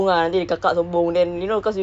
ya tak